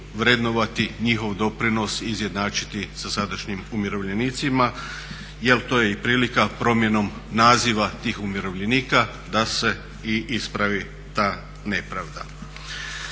vrednovati njihov doprinos i izjednačiti sa sadašnjim umirovljenicima jer to je i prilika promjenom naziva tih umirovljenika da se i ispravi ta nepravda.